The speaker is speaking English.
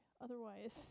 otherwise